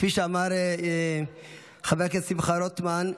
כפי שאמר חבר הכנסת שמחה רוטמן,